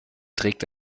trägt